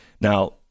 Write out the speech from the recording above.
Now